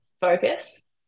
focus